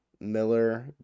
Miller